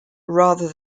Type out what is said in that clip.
rather